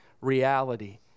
reality